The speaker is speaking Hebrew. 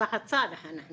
משפחת צאלח אנחנו.